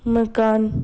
मकान